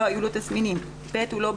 הוא בשדה.